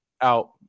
out